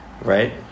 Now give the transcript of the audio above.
right